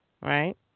Right